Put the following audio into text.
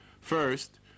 First